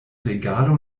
regalo